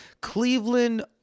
Cleveland